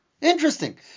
Interesting